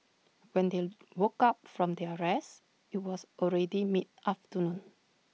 when they woke up from their rest IT was already mid afternoon